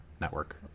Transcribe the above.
network